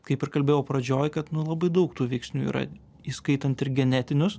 kaip ir kalbėjau pradžioj kad nu labai daug tų veiksnių yra įskaitant ir genetinius